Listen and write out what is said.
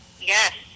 Yes